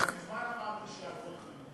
כבר מזמן אמרתי שהכול חינוך.